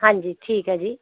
ਹਾਂਜੀ ਠੀਕ ਹੈ ਜੀ